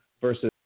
versus